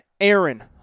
Aaron